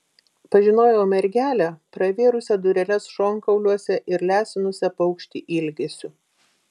pažinojau mergelę pravėrusią dureles šonkauliuose ir lesinusią paukštį ilgesiu